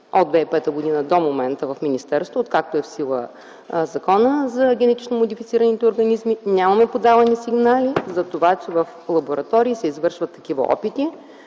от 2005 г. до момента в министерството, откакто е в сила Закона за генетично модифицираните организми. Нямаме подавани сигнали затова, че в лаборатории се извършват такива опити,